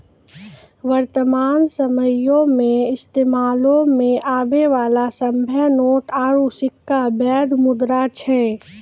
वर्तमान समयो मे इस्तेमालो मे आबै बाला सभ्भे नोट आरू सिक्का बैध मुद्रा छै